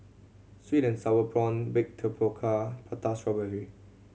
sweet and sour prawn baked tapioca Prata Strawberry